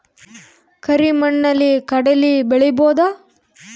ಕರಿ ಮಣ್ಣಲಿ ಕಡಲಿ ಬೆಳಿ ಬೋದ?